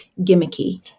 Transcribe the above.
gimmicky